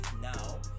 now